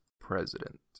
president